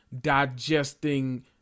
digesting